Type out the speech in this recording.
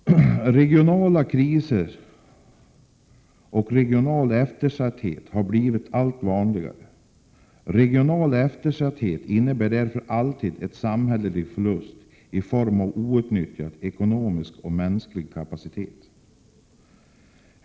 Regionala kriser och regional eftersatthet har blivit allt vanligare. Regional eftersatthet innebär därför alltid en samhällelig förlust i form av outnyttjad ekonomisk och mänsklig kapacitet.